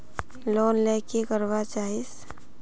Loan ले की करवा चाहीस?